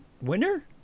winner